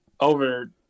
over